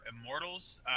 Immortals